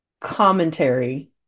commentary